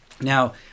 Now